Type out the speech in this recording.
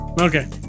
Okay